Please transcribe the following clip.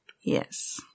Yes